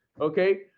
Okay